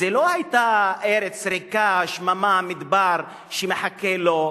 זו לא היתה ארץ ריקה, שממה, מדבר שמחכה לו.